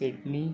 Italy